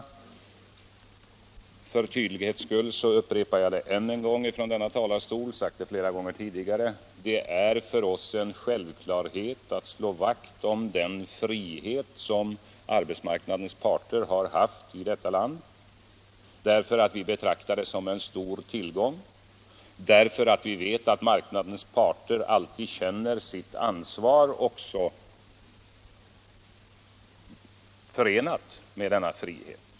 För tydlighetens skull förklarar jag än en gång från denna talarstol — jag har sagt det flera gånger tidigare — att det för oss är en självklarhet att slå vakt om den frihet som arbetsmarknadens parter har haft i detta land. Vi betraktar den som en stor tillgång, och vi vet att arbetsmarknadens parter alltid känner det ansvar som är förenat med denna frihet.